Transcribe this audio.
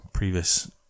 previous